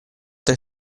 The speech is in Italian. tre